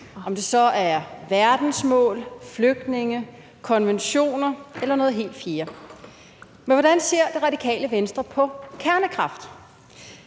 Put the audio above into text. Om det så er verdensmål, flygtninge, konventioner eller noget helt fjerde. Men hvordan ser Det Radikale Venstre på kernekraft?